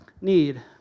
need